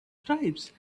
stripes